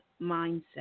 mindset